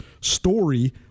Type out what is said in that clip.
story